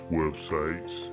websites